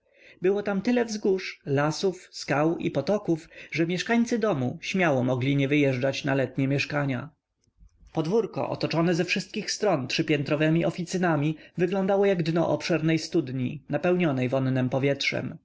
było tam tyle wzgórz lasów skał i potoków że mieszkańcy domu śmiało mogli nie wyjeżdżać na letnie mieszkania podwórko otoczone ze wszystkich stron trzypiętrowemi oficynami wyglądało jak dno obszernej studni napełnionej wonnem powietrzem